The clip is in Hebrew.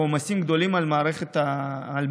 עומסים גדולים על מערך הבדיקות.